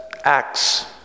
Acts